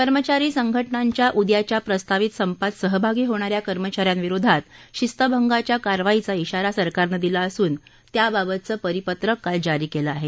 कर्मचारी संघटनांच्या उद्याच्या प्रस्तावित संपात सहभागी होणाऱ्या कर्मचाऱ्यांविरोधात शिस्तभंगाच्या कारवाईचा धिारा सरकारनं दिला असून त्याबाबतचं परिपत्रक काल जारी केलं आहे